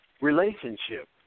relationship